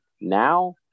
Now